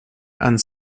and